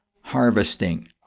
harvesting